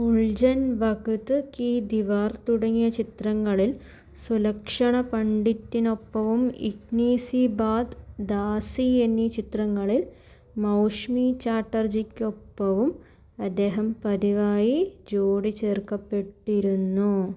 ഉൾജൻ വഖ്ത് കി ദീവാർ തുടങ്ങിയ ചിത്രങ്ങളിൽ സുലക്ഷണാ പണ്ഡിറ്റിനൊപ്പവും ഇത്നി സി ബാത്ത് ദാസി എന്നീ ചിത്രങ്ങളിൽ മൗഷ്മി ചാറ്റർജിക്കൊപ്പവും അദ്ദേഹം പതിവായി ജോഡി ചേർക്കപ്പെട്ടിരുന്നു